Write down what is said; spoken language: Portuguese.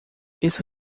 isso